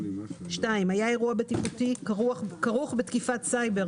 היה האירוע הבטיחותי כרוך בתקיפת סייבר,